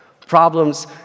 problems